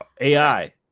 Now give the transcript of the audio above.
AI